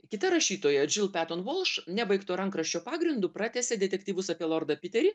kita rašytoja džil peton vulš nebaigto rankraščio pagrindu pratęsė detektyvus apie lordą piterį